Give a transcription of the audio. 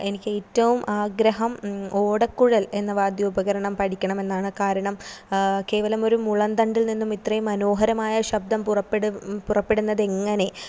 എനിക്ക് ഏറ്റവും ആഗ്രഹം ഓടക്കുഴൽ എന്ന വാദ്യോപകരണം പഠിക്കണമെന്നാണ് കാരണം കേവലം ഒരു മുളംതണ്ടിൽ നിന്നും ഇത്രയും മനോഹരമായ ശബ്ദം പുറപ്പെടുന്നത് എങ്ങനെ